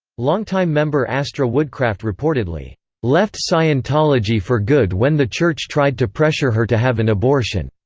longtime member astra woodcraft reportedly left scientology for good when the church tried to pressure her to have an abortion.